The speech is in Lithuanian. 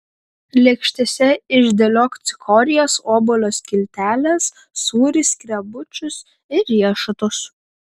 lėkštėse išdėliok cikorijas obuolio skilteles sūrį skrebučius ir riešutus